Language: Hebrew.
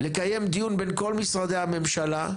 לקיים דיון בין כל משרדי הממשלה,